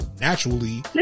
naturally